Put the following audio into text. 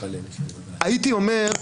הייתי אומר,